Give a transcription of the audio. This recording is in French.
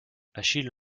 achille